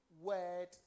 word